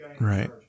Right